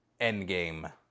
Endgame